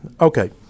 Okay